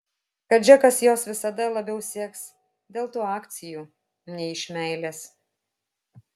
kad džekas jos visada labiau sieks dėl tų akcijų nei iš meilės